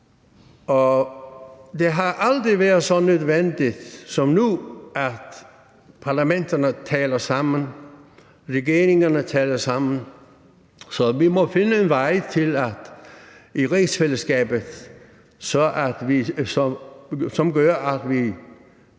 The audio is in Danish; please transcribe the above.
Det har aldrig været så nødvendigt som nu, at parlamenterne taler sammen, og at regeringerne taler sammen, så vi må finde en vej i rigsfællesskabet, som gør, at vi